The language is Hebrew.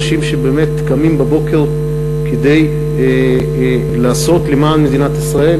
אנשים שבאמת קמים בבוקר כדי לעשות למען מדינת ישראל,